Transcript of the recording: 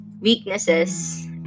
weaknesses